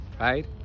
right